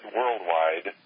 worldwide